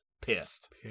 Pissed